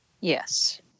yes